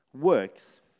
works